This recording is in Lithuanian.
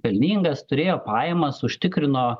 pelningas turėjo pajamas užtikrino